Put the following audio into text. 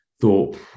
thought